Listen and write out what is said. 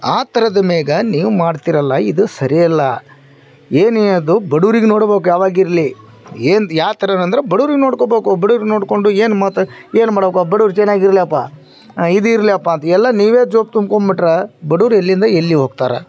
ಆ ಥರದ್ ಮೇಲೆ ನೀವು ಮಾಡ್ತಿರಲ್ಲ ಇದು ಸರಿಯಲ್ಲ ಏನೇ ಅದು ಬಡೂರಿಗೆ ನೋಡ್ಬೇಕು ಯಾವಗಿರಲಿ ಏನು ಯಾವ್ತರ ಅಂದರೆ ಬಡೂರಿಗೆ ನೋಡ್ಕೋಬೇಕು ಬಡೂರು ನೋಡಿಕೊಂಡು ಏನು ಮತ್ತು ಏನುಮಾಡ್ಬೇಕು ಬಡೂರು ಚೆನ್ನಾಗಿರ್ಲಪ್ಪ ಇದೀರ್ಲಪ್ಪ ಅಂತ ಎಲ್ಲ ನೀವೆ ಜೋಬು ತುಂಬ್ಕೊಂಬಿಟ್ರೆ ಬಡೂರು ಎಲ್ಲಿಂದ ಎಲ್ಲಿ ಹೋಗ್ತಾರೆ